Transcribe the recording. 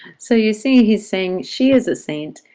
so you see, he's saying she is a saint,